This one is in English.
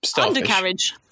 undercarriage